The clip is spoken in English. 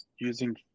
using